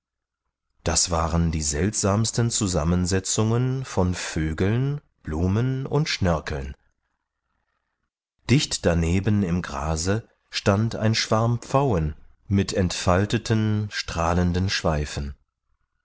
das waren die seltsamsten zusammensetzungen von vögeln blumen und schnörkeln dicht daneben im grase stand ein schwarm pfauen mit entfalteten strahlenden schweifen